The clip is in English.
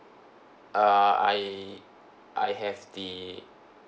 uh I I have the